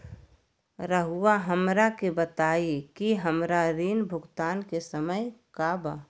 रहुआ हमरा के बताइं कि हमरा ऋण भुगतान के समय का बा?